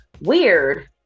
weird